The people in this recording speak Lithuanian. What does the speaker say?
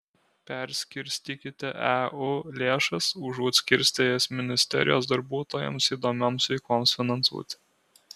perskirstykite eu lėšas užuot skirstę jas ministerijos darbuotojams įdomioms veikloms finansuoti